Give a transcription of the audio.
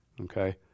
Okay